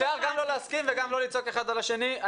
אפשר גם לא להסכים וגם לא לצעוק אחד על השני?